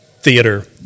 theater